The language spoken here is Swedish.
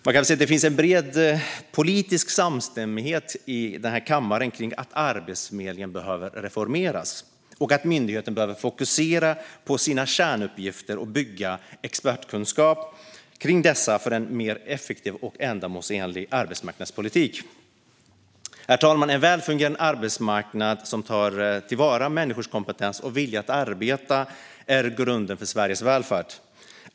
Det finns en bred politisk samstämmighet i denna kammare kring att Arbetsförmedlingen behöver reformeras och att myndigheten behöver fokusera på sina kärnuppgifter och bygga expertkunskap kring dessa, för en mer effektiv och ändamålsenlig arbetsmarknadspolitik. Herr talman! En väl fungerande arbetsmarknad som tar till vara människors kompetens och vilja att arbeta är grunden för Sveriges välfärd.